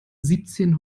siebzehn